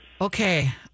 Okay